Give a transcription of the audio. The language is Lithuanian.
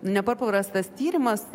nepaprastas tyrimas